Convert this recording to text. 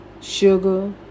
sugar